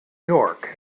york